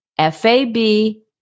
F-A-B